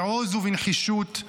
בעוז ובנחישות,